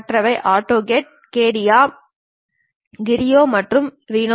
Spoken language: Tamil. மற்றவர்கள் ஆட்டோகேட் கேடியா கிரியோ மற்றும் ரினோ